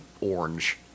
orange